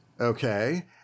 Okay